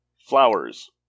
Flowers